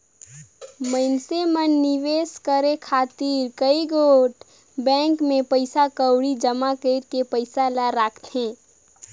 मइनसे मन निवेस करे खातिर कइयो गोट बेंक में पइसा कउड़ी जमा कइर के पइसा ल राखथें